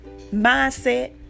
mindset